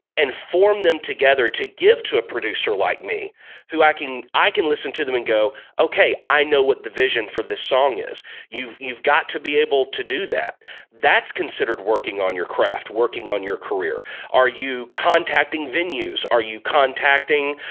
and form them together to give to a producer like me who acting i can listen to them and go, okay i know what the vision for this song is you've you've got to be able to do that that's considered working on your craft working on your career are you contacting venues? are you contacting?